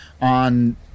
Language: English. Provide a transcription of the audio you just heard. on